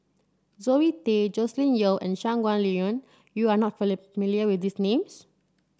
Zoe Tay Joscelin Yeo and Shangguan Liuyun you are not million with these names